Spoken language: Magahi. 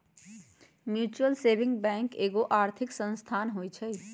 म्यूच्यूअल सेविंग बैंक एगो आर्थिक संस्थान होइ छइ